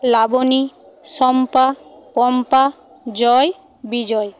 Laboni Shampa Pampa Joy Bijoy